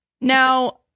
Now